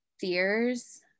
fears